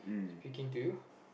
speaking to you